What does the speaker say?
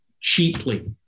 cheaply